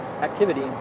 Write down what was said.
activity